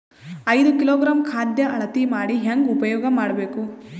ಐದು ಕಿಲೋಗ್ರಾಂ ಖಾದ್ಯ ಅಳತಿ ಮಾಡಿ ಹೇಂಗ ಉಪಯೋಗ ಮಾಡಬೇಕು?